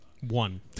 One